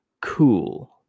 cool